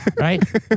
Right